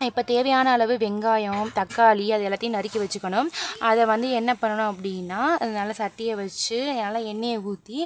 இப்போ தேவையான அளவு வெங்காயம் தக்காளி அது எல்லாத்தையும் நறுக்கி வச்சுக்கணும் அதை வந்து என்ன பண்ணணும் அப்படின்னா நல்ல சட்டியை வச்சு நல்லா எண்ணெயை ஊற்றி